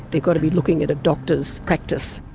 they've got to be looking at a doctor's practice.